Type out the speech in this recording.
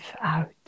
out